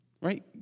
Right